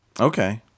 Okay